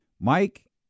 Mike